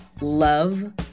love